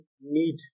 need